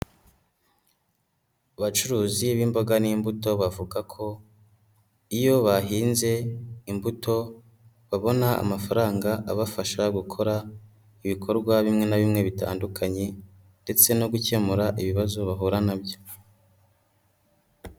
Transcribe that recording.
Abacuruzi b'imboga n'imbuto bavuga ko iyo bahinze imbuto, babona amafaranga abafasha gukora ibikorwa bimwe na bimwe bitandukanye ndetse no gukemura ibibazo bahura na byo.